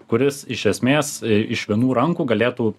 kuris iš esmės iš vienų rankų galėtų